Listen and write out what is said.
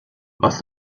was